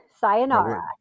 Sayonara